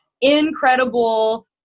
incredible